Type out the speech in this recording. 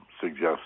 suggest